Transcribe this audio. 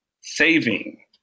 saving